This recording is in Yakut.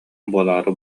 буолаары